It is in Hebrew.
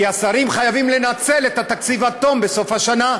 כי השרים חייבים לנצל את התקציב עד תום עד סוף השנה.